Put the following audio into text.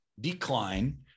decline